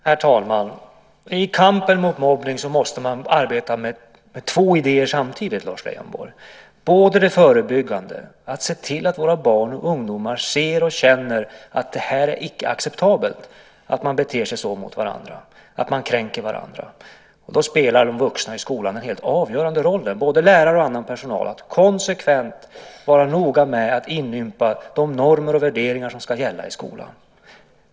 Herr talman! I kampen mot mobbning måste man arbeta med två idéer samtidigt, Lars Leijonborg! En sak är det förebyggande, att se till att våra barn och ungdomar ser och känner att det icke är acceptabelt att bete sig på ett sådant sätt att man kränker varandra. Då spelar de vuxna i skolan en helt avgörande roll - det gäller både lärare och annan personal. Man måste konsekvent vara noga med att inympa de normer och värderingar som ska gälla i skolan.